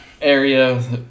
area